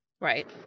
Right